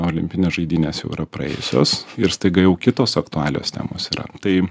olimpinės žaidynės jau yra praėjusios ir staiga jau kitos aktualios temos yra tai